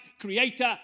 creator